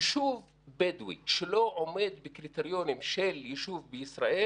יישוב בדואי שלא עומד בקריטריונים של יישוב בישראל,